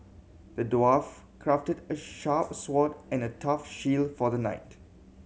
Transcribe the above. the dwarf crafted a sharp sword and a tough shield for the knight